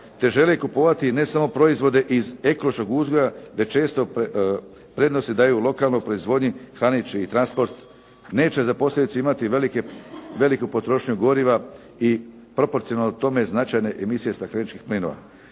te žele kupovati ne samo proizvode iz ekološkog uzgoja te često prednosti daju lokalnoj proizvodnji hrani čiji transport neće za posljedicu imati veliku potrošnju goriva i proporcionalno tome značajne emisije stakleničkih plinova.